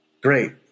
Great